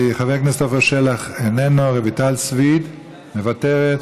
חבר הכנסת עפר שלח, איננו, רויטל סויד, מוותרת,